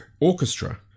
Orchestra